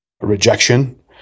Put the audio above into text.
rejection